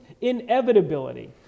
inevitability